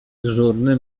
dyżurny